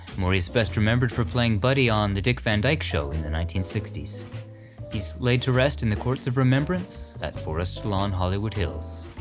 morey is remembered for playing buddy on the dick van dyke show in the nineteen sixty he's laid to rest in the courts of remembrance at forest lawn hollywood hills.